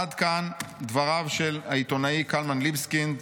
עד כאן דבריו של העיתונאי קלמן ליבסקינד,